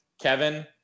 Kevin